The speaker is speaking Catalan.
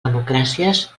democràcies